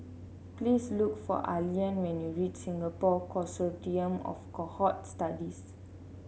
please look for Allean when you reach Singapore Consortium of Cohort Studies